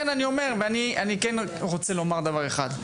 אני כן רוצה לומר דבר אחד.